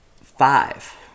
five